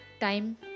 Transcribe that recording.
time